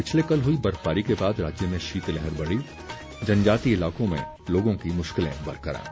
पिछले कल हुई बर्फबारी के बाद राज्य में शीतलहर बढ़ी जनजातीय इलाकों में लोगों की मुश्किलें बरकरार